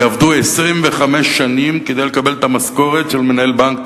יעבדו 25 שנים כדי לקבל את המשכורת של מנהל בנק